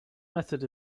method